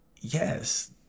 Yes